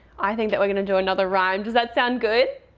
i think that we're gonna do another rhyme, does that sound good?